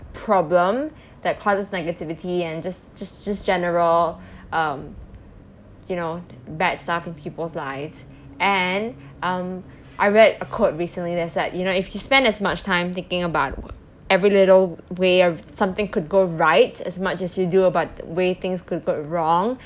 problem that causes negativity and just just just general um you know bad stuff in people's lives and um I read a quote recently that's like you know if you spend as much time thinking about every little way or something could go right as much as you do about the way things could go wrong